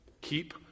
Keep